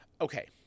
okay